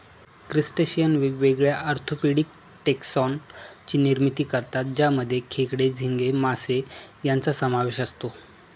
crustacean वेगवेगळ्या orthopedic taxon ची निर्मिती करतात ज्यामध्ये खेकडे, झिंगे, मासे यांचा समावेश असतो